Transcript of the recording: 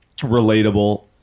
relatable